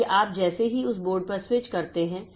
इसलिए आप जैसे ही उस बोर्ड पर स्विच करते हैं